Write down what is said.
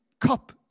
cup